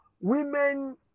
women